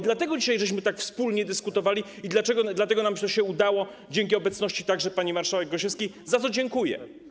Dlatego dzisiaj tak wspólnie dyskutowaliśmy i dlatego nam to się udało, dzięki obecności także pani marszałek Gosiewskiej, za co dziękuję.